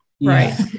Right